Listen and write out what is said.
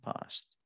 past